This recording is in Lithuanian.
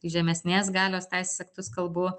žemesnės galios teisės aktus kalbu